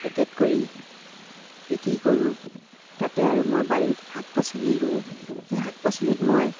packet কৰি বিক্ৰী কৰোঁ তাতে আৰু মই বাৰীত শাক পাচলি ৰুওঁ সেই শাক পাচলিত মই